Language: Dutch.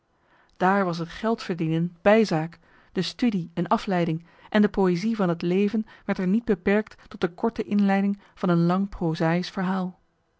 daar was het geldverdienen bijzaak de studie een afleiding en de poëzie van het leven werd er niet beperkt tot de korte inleiding van een lang prozaïsch verhaal